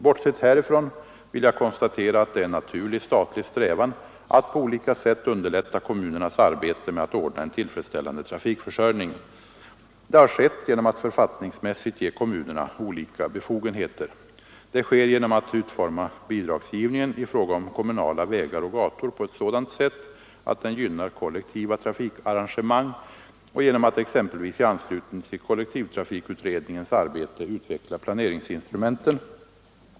Bortsett härifrån vill jag konstatera att det är en naturlig statlig strävan att på olika sätt underlätta kommunernas arbete med att ordna en tillfredsställande trafikförsörjning. Det har skett genom att författningsmässigt ge kommunerna olika befogenheter. Det sker genom att utforma bidragsgivningen i fråga om kommunala vägar och gator på ett sådant sätt att den gynnar kollektiva trafikarrangemang och genom att — exempelvis i anslutning till kollektivtrafikutredningens arbete — utveckla planeringsinstrumenten.